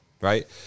right